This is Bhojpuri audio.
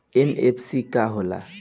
एम.एफ.सी का होला?